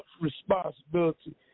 responsibility